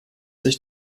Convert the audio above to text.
sich